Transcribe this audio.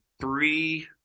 three